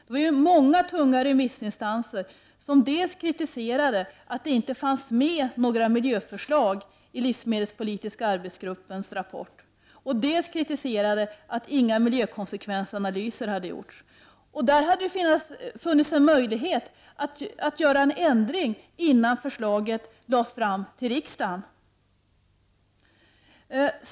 Det var många tunga remissinstanser som kritiserade dels att några miljöförslag inte fanns med i rapporten, dels att inga miljökonsekvensanalyser hade gjorts. Det hade funnits möjlighet att göra en ändring innan förslaget lades fram för riksdagen.